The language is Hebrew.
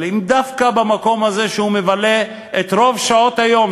אבל אם דווקא במקום הזה שבו הוא מבלה את רוב שעות היום